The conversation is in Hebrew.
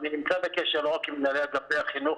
אני נמצא בקשר לא רק עם המנהלים של אגפי החינוך,